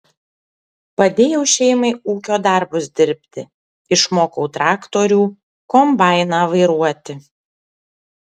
padėjau šeimai ūkio darbus dirbti išmokau traktorių kombainą vairuoti